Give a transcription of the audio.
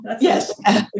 Yes